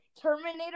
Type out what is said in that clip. Terminator